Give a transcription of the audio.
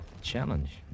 Challenge